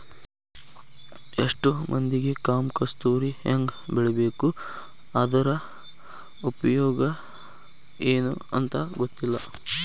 ಎಷ್ಟೋ ಮಂದಿಗೆ ಕಾಮ ಕಸ್ತೂರಿ ಹೆಂಗ ಬೆಳಿಬೇಕು ಅದ್ರ ಉಪಯೋಗ ಎನೂ ಅಂತಾ ಗೊತ್ತಿಲ್ಲ